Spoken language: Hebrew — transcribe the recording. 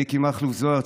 מיקי מכלוף זוהר,